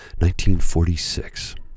1946